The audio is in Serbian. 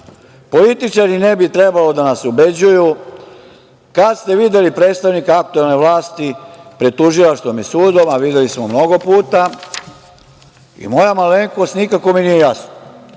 političari ne bi trebali da nas ubeđuju, kada ste videli predstavnika aktuelne vlasti pred tužilaštvom i sudovima. Videli smo mnogo puta i moja malenkost. Nikako mi nije jasno. Kaže